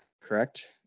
correct